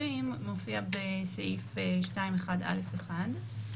החוזרים מופיע בסעיף 2(1)(א)(1),